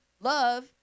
love